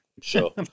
Sure